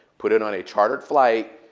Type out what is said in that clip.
put it on a chartered flight,